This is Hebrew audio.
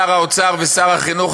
שר האוצר ושר החינוך,